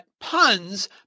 puns